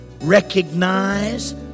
Recognize